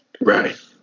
right